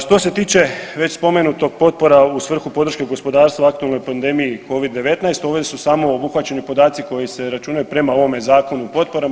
Što se tiče već spomenutog, potpora u svrhu podrške gospodarstvu u aktualnoj pandemini Covid-19 ovdje su samo obuhvaćeni podaci koji se računaju prema ovome Zakonu o potporama.